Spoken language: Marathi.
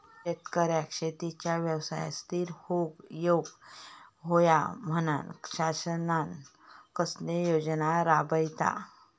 शेतकऱ्यांका शेतीच्या व्यवसायात स्थिर होवुक येऊक होया म्हणान शासन कसले योजना राबयता?